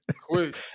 Quick